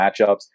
matchups